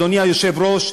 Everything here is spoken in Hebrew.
אדוני היושב-ראש,